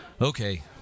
Okay